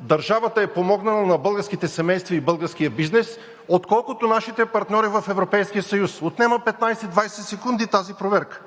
държавата е помогнала на българските семейства и българския бизнес, отколкото нашите партньори в Европейския съюз. Отнема 15 – 20 секунди тази проверка.